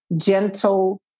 gentle